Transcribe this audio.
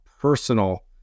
personal